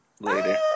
Later